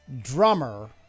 drummer